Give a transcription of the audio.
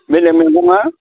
बेलेक मैगङा